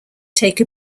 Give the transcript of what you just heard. take